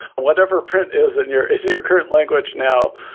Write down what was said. whatever print is in your your current language now,